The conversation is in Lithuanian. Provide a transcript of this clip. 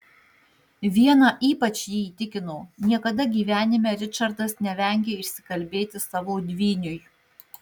viena ypač jį įtikino niekada gyvenime ričardas nevengė išsikalbėti savo dvyniui